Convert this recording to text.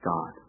God